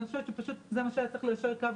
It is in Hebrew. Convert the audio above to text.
אני חושבת שזה מה שהיה צריך לעשות כדי ליישר קו,